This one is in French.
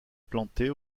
plantées